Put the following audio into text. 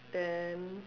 then